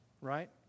right